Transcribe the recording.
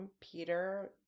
Peter